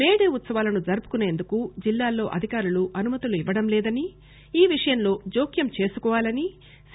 May Day ఉత్సవాలను జరుపుకునేందుకు జిల్లాల్లో అధికారులు అనుమతులు ఇవ్వడం లేదని ఈ విషయంలో జోక్యం చేసుకోవాలని సి